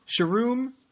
Sharum